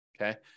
okay